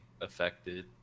affected